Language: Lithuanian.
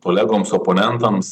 kolegoms oponentams